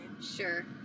Sure